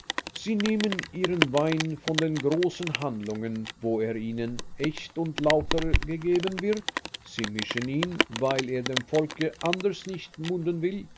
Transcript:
sie nehmen ihren wein von den großen handlungen wo er ihnen echt und lauter gegeben wird sie mischen ihn weil er dem volke anders nicht munden will